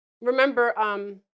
remember